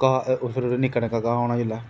कोई ओह् उस रोज़ निक्का निक्का घाऽ होना जेल्लै